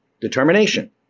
determination